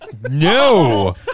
No